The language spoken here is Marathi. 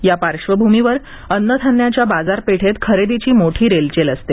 या पार्श्वभूमीवर अन्नधान्यांच्या बाजारपेठेत खरेदीची मोठी रेलचेल असते